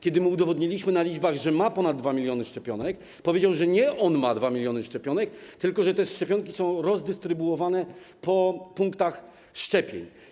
Kiedy mu udowodniliśmy na liczbach, że ma ponad 2 mln szczepionek, powiedział, że nie on ma 2 mln szczepionek, tylko że te szczepionki są rozdystrybuowane po punktach szczepień.